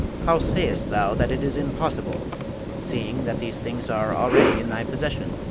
how sayest thou that it is impossible seeing that these things are already in thy possession?